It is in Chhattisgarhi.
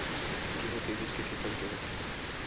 गेहूं के बीज के किसम के होथे?